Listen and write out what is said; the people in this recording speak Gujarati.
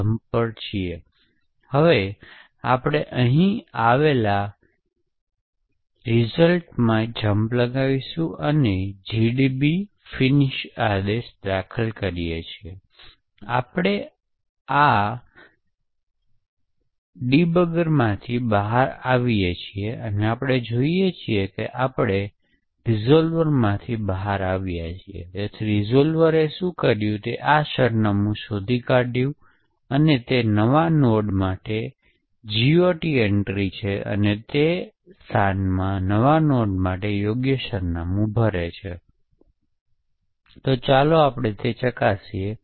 Cache હિટ અથવા cache મિસ અવલોકન થાય છે કે કેમ તે ઓળખવા માટે આપણે આ આવર્તન વિતરણ કોષ્ટકો નો ઉપયોગ કરીએ છીએ